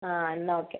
ആ എന്നാൽ ഓക്കെ